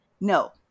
No